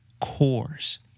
cores